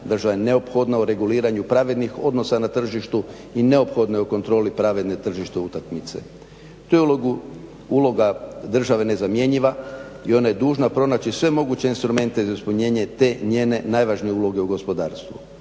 Država je neophodna u reguliranju pravednih odnosa na tržištu i neophodna je u kontroli pravedne tržišne utakmice. Tu je uloga države ne zamjenjiva i ona je dužna pronaći sve moguće instrumente za ispunjenje te njene najvažnije uloge u gospodarstvu,